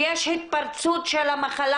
ויש התפרצות של המחלה,